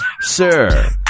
sir